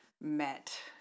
met